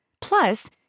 Plus